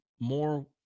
more